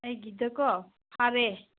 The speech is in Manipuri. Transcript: ꯑꯩꯒꯤꯗꯣꯀꯣ ꯐꯥꯔꯦ